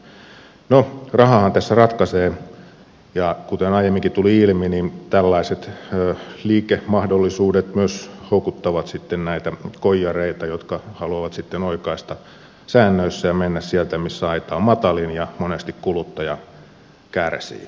rahahan tässä ratkaisee ja kuten aiemminkin tuli ilmi niin tällaiset liikemahdollisuudet myös houkuttavat sitten näitä koijareita jotka haluavat oikaista säännöissä ja mennä sieltä missä aita on matalin ja monesti kuluttaja kärsii